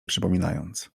przypominając